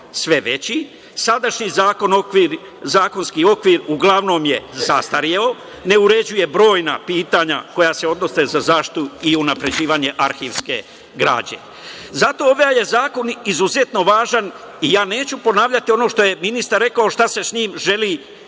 sve veći. Sadašnji zakonski okvir uglavnom je zastareo, ne uređuje brojna pitanja koja se odnose na zaštitu i unapređivanje arhivske građe. Zato je ovaj zakon izuzetno važan i ja neću ponavljati ono što je ministar rekao šta se sa njim želi